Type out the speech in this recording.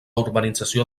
urbanització